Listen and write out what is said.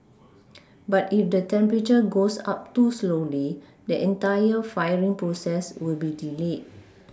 but if the temperature goes up too slowly the entire firing process will be delayed